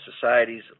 society's